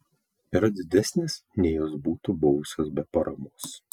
yra didesnės nei jos būtų buvusios be paramos